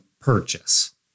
purchase